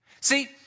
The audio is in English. See